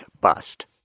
bust